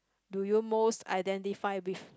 do you most identify with